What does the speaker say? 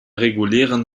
regulären